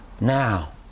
Now